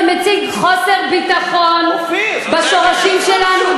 זה מציג חוסר ביטחון בשורשים שלנו,